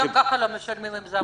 גם כך הם לא משלמים אם זה עמותות.